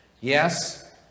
Yes